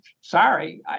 Sorry